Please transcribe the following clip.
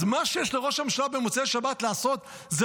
אז מה שיש לראש הממשלה במוצאי שבת לעשות זה